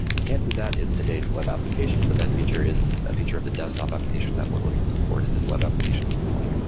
you can't do that in today's web application, but that feature is a feature of the desktop application that we're looking to port into the web application at some point